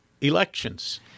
elections